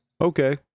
okay